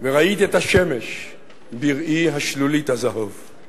וראית את השמש בראי השלולית הזהוב /